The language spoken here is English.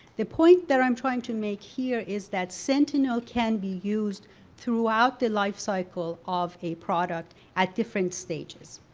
the point that i'm trying to make here is that sentinel can be used throughout the life cycle of a product at different stages.